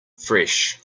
fresh